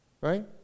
Right